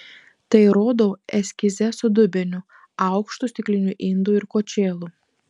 tai rodau eskize su dubeniu aukštu stikliniu indu ir kočėlu